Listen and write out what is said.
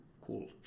cool